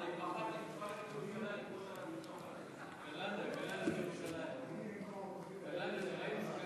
ההצעה להעביר את הנושא לוועדת הפנים והגנת